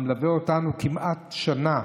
המלווה אותנו כמעט שנה,